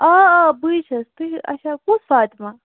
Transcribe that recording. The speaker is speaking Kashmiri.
آ آ بٕے چھَس تُہۍ اَچھا کُس فاطمہٕ